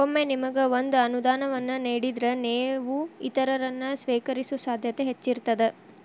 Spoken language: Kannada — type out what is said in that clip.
ಒಮ್ಮೆ ನಿಮಗ ಒಂದ ಅನುದಾನವನ್ನ ನೇಡಿದ್ರ, ನೇವು ಇತರರನ್ನ, ಸ್ವೇಕರಿಸೊ ಸಾಧ್ಯತೆ ಹೆಚ್ಚಿರ್ತದ